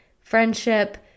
friendship